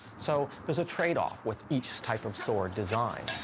so, there's a trade-off with each type of sword design,